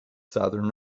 southern